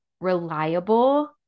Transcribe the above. reliable